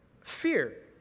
fear